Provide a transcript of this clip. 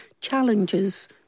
challenges